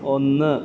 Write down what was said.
ഒന്ന്